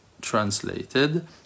translated